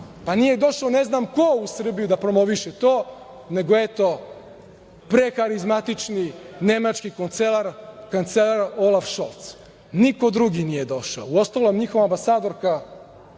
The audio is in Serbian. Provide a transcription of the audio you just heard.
Pa, nije došao ne znam ko u Srbiju da promoviše to, neko, eto, preharizmatični nemački kancelar Olaf Šolc. Niko drugi nije došao. Uostalom, njihova ambasadorka